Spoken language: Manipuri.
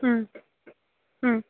ꯎꯝ ꯎꯝ